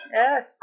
yes